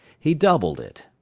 he doubled it.